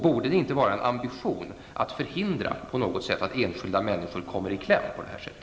Borde det inte vara så att man har ambitionen att på något sätt förhindra att enskilda människor kommer i kläm på det här sättet?